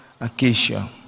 Acacia